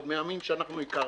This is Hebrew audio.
עוד מהימים שאנחנו הכרנו.